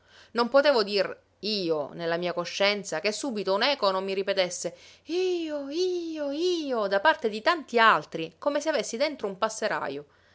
non potevo dir io nella mia coscienza che subito un'eco non mi ripetesse io io io da parte di tanti altri come se avessi dentro un passerajo